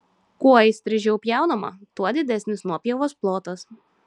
kuo įstrižiau pjaunama tuo didesnis nuopjovos plotas